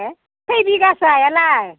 हो खै बिघासो हायालाय